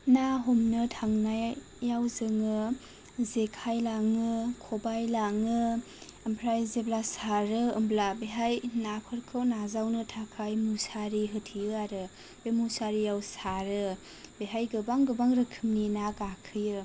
ना हमनो थांनायाव जोङो जेखाइ लाङो खबाय लाङो ओमफ्राय जेब्ला सारो होमब्ला बेहाय नाफोरखौ नाजावनो थाखाय मुसारि होथेयो आरो बे मुसारिआव सारो बेहाय गोबां गोबां रोखोमनि ना गाखोयो